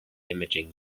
imaging